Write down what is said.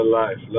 life